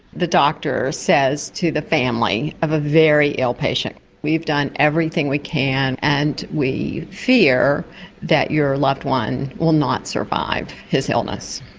the doctor says to the family of a very ill patient, we've done everything we can and we fear that your loved one will not survive his illness.